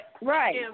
right